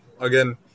Again